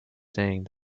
saying